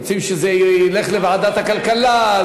רוצים שזה ילך לוועדת הכלכלה?